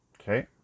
Okay